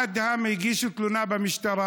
אדהם הגיש תלונה במשטרה.